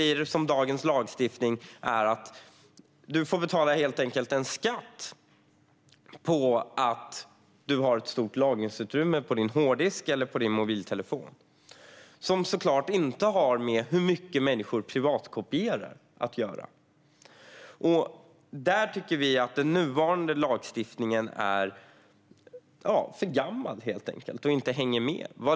Som dagens lagstiftning är blir problemet att du helt enkelt får betala en skatt på att du har ett stort lagringsutrymme på din hårddisk eller på din mobiltelefon. Det har såklart inte att göra med hur mycket människor privatkopierar. Vi tycker att den nuvarande lagstiftningen helt enkelt är för gammal och inte hänger med.